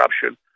corruption